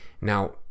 Now